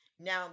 Now